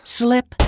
slip